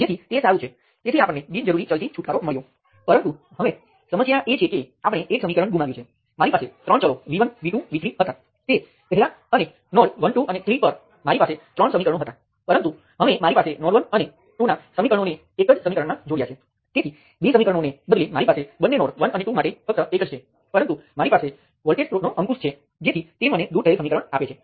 અને અગાઉ આપણે સુપર નોડ બનાવ્યો અને તે કરંટને એકસાથે અવગણીએ પરંતુ અહીં તે કરંટ અન્ય વોલ્ટેજ સ્ત્રોતને નિયંત્રિત કરે છે